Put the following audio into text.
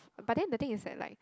but then the thing is that like